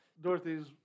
Dorothy's